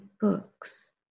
books